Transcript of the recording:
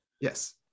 yes